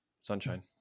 sunshine